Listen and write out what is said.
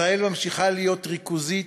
ישראל ממשיכה להיות ריכוזית,